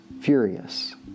furious